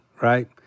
right